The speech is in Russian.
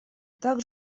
так